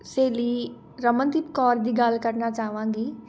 ਸਹੇਲੀ ਰਮਨਦੀਪ ਕੌਰ ਦੀ ਗੱਲ ਕਰਨਾ ਚਾਹਵਾਂਗੀ